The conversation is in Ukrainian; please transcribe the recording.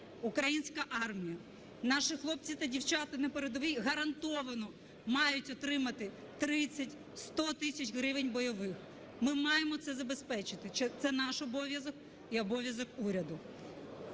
Українська армія, наші хлопці та дівчата на передовій гарантовано мають отримати 30, 100 тисяч гривень бойових. Ми маємо це забезпечити, це наш обов'язок і обов'язок уряду.